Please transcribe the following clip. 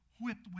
whipped